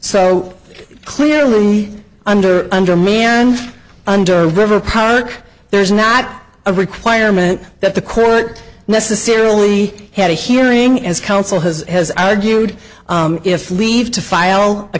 so clearly under under me and under river park there is not a requirement that the court necessarily had a hearing as counsel has has argued if leave to file a